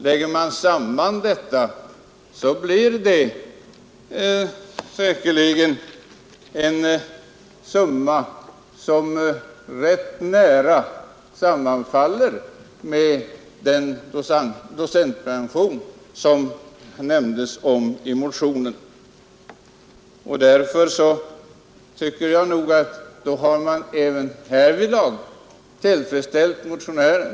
Lägger man samman allt detta blir det säkerligen en summa som rätt bra sammanfaller med den docentpension som det talas om i motionen. Jag anser därför att utskottet därvidlag har tillmötesgått motionärerna.